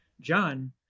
John